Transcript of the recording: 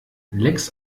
lecks